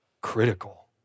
critical